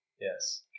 Yes